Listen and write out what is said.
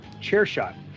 CHAIRSHOT